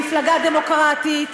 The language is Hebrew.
מפלגה דמוקרטית שבוחרת,